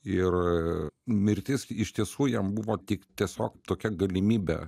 ir mirtis iš tiesų jam buvo tik tiesiog tokia galimybė